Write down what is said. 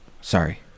sorry